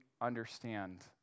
understand